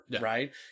right